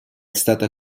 stata